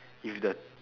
if the